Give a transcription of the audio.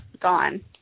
gone